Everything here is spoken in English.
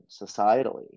societally